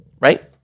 right